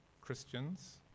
Christians